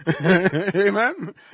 Amen